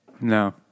No